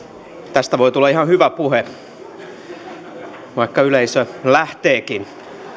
tästä voi tulla ihan hyvä puhe vaikka yleisö lähteekin